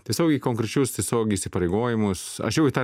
tiesiog į konkrečius tiesiog įsipareigojimus aš jau į tą